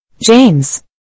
James